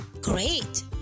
Great